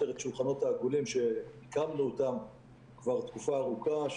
את השולחנות העגולים שהקמנו אותם כבר לפני תקופה ארוכה,